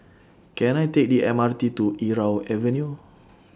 Can I Take The M R T to Irau Avenue